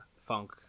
funk